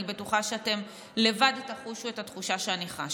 אני בטוחה שאתם לבד תחושו את התחושה שאני חשה.